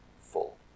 full